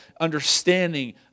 understanding